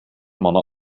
mannen